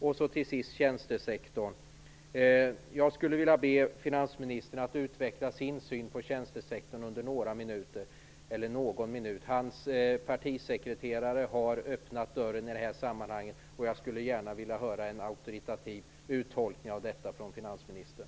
Till sist några ord om tjänstesektorn. Jag skulle vilja be finansministern att under någon minut utveckla sin syn på tjänstesektorn. Den socialdemokratiske partisekreteraren har öppnat dörren i det avseendet, och jag skulle gärna vilja få en auktoritativ uttolkning av detta från finansministern.